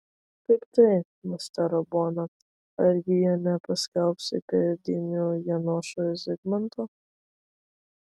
kaip tai nustėro bona argi jie nepaskelbs įpėdiniu janošo zigmanto